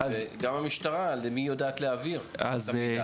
וגם המשטרה למי היא יודעת להעביר את המידע?